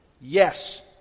Yes